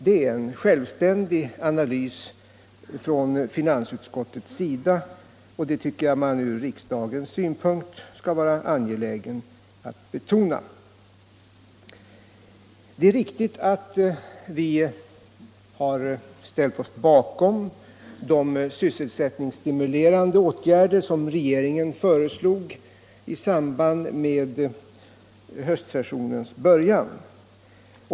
Det är en självständig analys från finansutskottets sida, och det tycker jag man ur riksdagens synpunkt skall vara angelägen att betona. Det är riktigt att vi har ställt oss bakom de sysselsättningsstimulerande åtgärder som regeringen föreslog i samband med höstsessionens början.